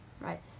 right